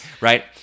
right